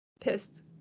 pissed